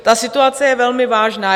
Ta situace je velmi vážná.